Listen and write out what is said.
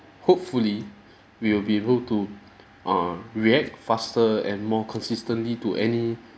hopefully we will be able to err react faster and more consistently to any